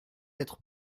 être